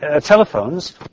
telephones